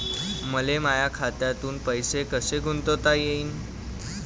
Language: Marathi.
मले माया खात्यातून पैसे कसे गुंतवता येईन?